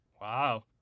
Wow